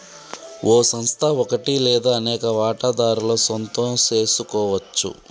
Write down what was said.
ఓ సంస్థ ఒకటి లేదా అనేక వాటాదారుల సొంతం సెసుకోవచ్చు